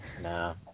nah